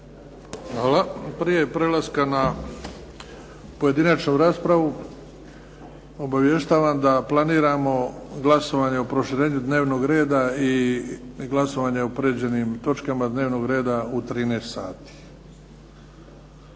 Hvala. Prije prelaska na pojedinačnu raspravu obavještavam da planiramo glasovanje o proširenju dnevnog reda i glasovanje o prijeđenim točkama dnevnog reda u 13 sati,